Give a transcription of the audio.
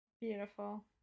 Beautiful